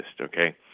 okay